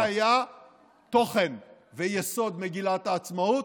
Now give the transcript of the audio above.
זה היה תוכן ויסוד מגילת העצמאות,